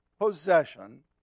possession